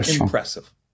impressive